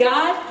God